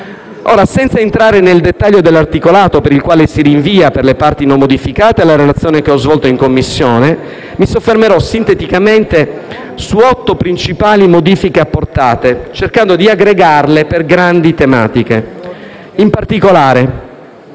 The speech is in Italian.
Senza entrare nel dettaglio dell'articolato (per il quale si rinvia, per le parti non modificate, alla relazione che ho svolto in Commissione), mi soffermerò sinteticamente su otto principali modifiche approvate, cercando di aggregarle per grandi tematiche. In particolare,